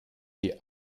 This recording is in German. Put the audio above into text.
die